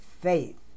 faith